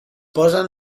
posen